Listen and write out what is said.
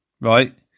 right